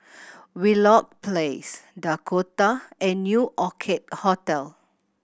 Wheelock Place Dakota and New Orchid Hotel